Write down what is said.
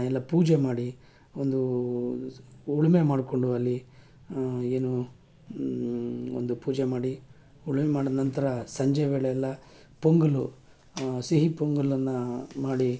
ಎಲ್ಲ ಪೂಜೆ ಮಾಡಿ ಒಂದು ಉಳುಮೆ ಮಾಡಿಕೊಂಡು ಅಲ್ಲಿ ಏನು ಒಂದು ಪೂಜೆ ಮಾಡಿ ಉಳುಮೆ ಮಾಡಿದ್ ನಂತರ ಸಂಜೆ ವೇಳೆ ಎಲ್ಲ ಪೊಂಗಲ್ಲು ಸಿಹಿ ಪೊಂಗಲ್ಲನ್ನು ಮಾಡಿ